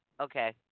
Okay